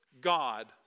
God